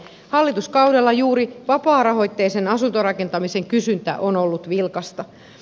hallituskaudella juuri vapaarahoitteisen asuntorakentamisen kysyntä on ollut vilkasta